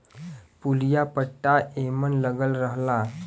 पुलिया पट्टा एमन लगल रहला